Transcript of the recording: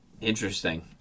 Interesting